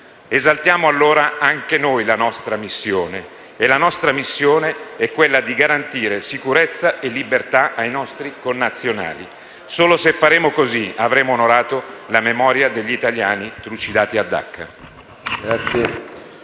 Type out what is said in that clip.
Esaltiamo allora anche noi la nostra missione, che è quella di garantire sicurezza e libertà ai nostri connazionali. Solo se faremo così avremo onorato la memoria degli italiani trucidati a Dacca.